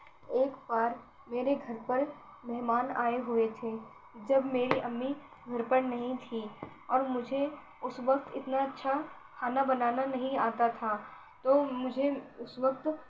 ایک بار میرے گھر پر مہمان آئے ہوئے تھے جب میری امی گھر پر نہیں تھیں اور مجھے اس وقت اتنا اچھا کھانا بنانا نہیں آتا تھا تو مجھے اس وقت